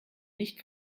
nicht